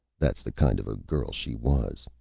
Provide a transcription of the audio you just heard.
that's the kind of a girl she was.